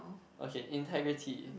okay integrity